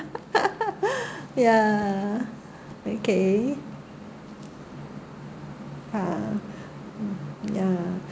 ya okay ha ya